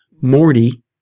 Morty